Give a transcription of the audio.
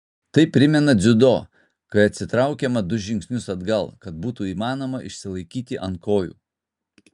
tai primena dziudo kai atsitraukiama du žingsnius atgal kad būtų įmanoma išsilaikyti ant kojų